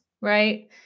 right